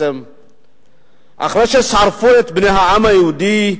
אחרי ששרפו את בני העם היהודי.